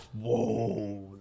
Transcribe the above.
Whoa